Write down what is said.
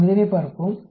நாம் இதனைப் பார்ப்போம்